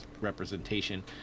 representation